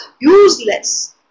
useless